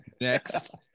next